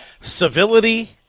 Civility